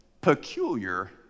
peculiar